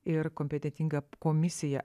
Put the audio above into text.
ir kompetentinga komisija